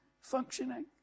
functioning